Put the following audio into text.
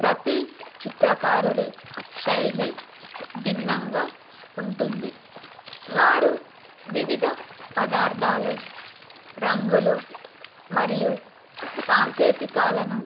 ప్రతి చిత్రకారుడి శైలి భిన్నంగా ఉంటుంది వారు వివిధ పదార్థాలు రంగులు మరియు సాంకేతికాలను